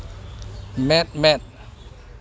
ᱢᱮᱫ ᱢᱮᱫ